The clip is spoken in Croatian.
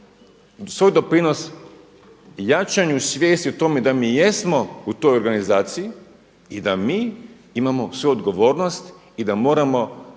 svoj doprinos jačanju svijesti o tome da mi jesmo u toj organizaciji i da mi imamo suodgovornost i da moramo